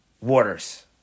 waters